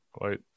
Wait